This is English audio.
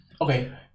Okay